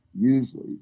Usually